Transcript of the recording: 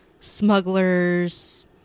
smugglers